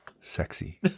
sexy